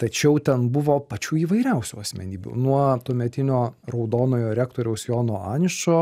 tačiau ten buvo pačių įvairiausių asmenybių nuo tuometinio raudonojo rektoriaus jono aničo